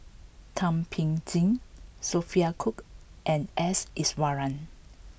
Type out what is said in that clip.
Thum Ping Tjin Sophia Cooke and S Iswaran